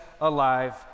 alive